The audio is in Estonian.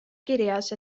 kirjas